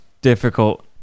difficult